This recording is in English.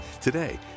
Today